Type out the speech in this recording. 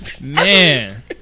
man